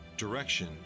Direction